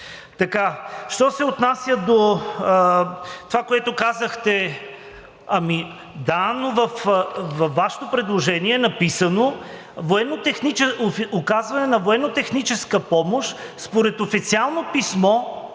Що се отнася до това, което казахте – ами да, но във Вашето предложение е написано „оказване на военнотехническа помощ според официално писмо“